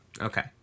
Okay